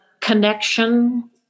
connection